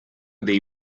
dei